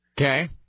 Okay